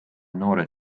noored